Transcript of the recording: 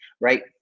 right